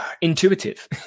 intuitive